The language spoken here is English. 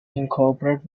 incorporated